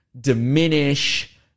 diminish